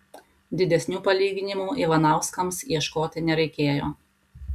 didesnių palyginimų ivanauskams ieškoti nereikėjo